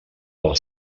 del